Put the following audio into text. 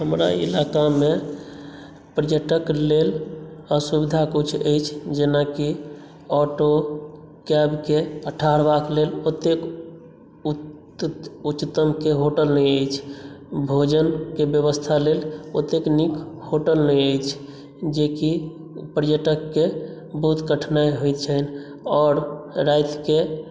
हमरा इलाकामे पर्यटक लेल असुविधा किछु अछि जेनाकि ऑटो कैबके ठहरबाक लेल ओतेक उत्त उच्चतमके होटल नहि अछि भोजनके व्यवस्था लेल ओतेक नीक होटल नहि अछि जेकि पर्यटककेँ बहुत कठिनाइ होइत छनि आओर रातिकेँ